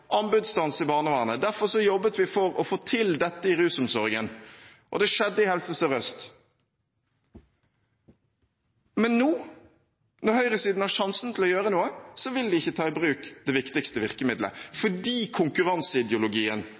i barnevernet, og derfor jobbet vi for å få til dette i rusomsorgen, og det skjedde i Helse Sør-Øst. Men nå, når høyresiden har sjansen til å gjøre noe, vil de ikke ta i bruk det viktigste virkemidlet – fordi konkurranseideologien